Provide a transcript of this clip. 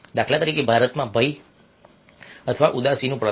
દાખલા તરીકે ભારતમાં ભય અથવા ઉદાસીનું પ્રદર્શન